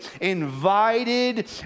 invited